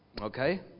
Okay